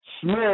Smith